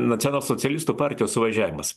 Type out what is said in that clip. nacionalsocialistų partijos suvažiavimas